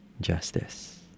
justice